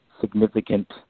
significant